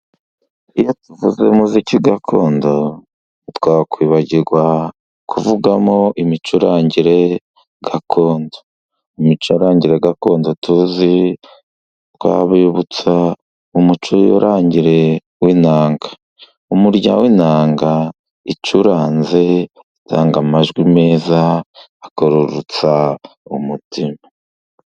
Iyo tuvuze umuziki gakondo ntitwakwibagirwa kuvugamo imicurangire gakondo. Imicorangire gakondo tuzi twabibutsa imicurangire w'inanga. Umurya w'inanga icuranze atanga amajwi meza, akururutsa umutima.